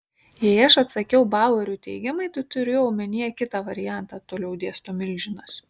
jei aš atsakiau baueriui teigiamai tai turėjau omenyje kitą variantą toliau dėsto milžinas